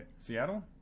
Seattle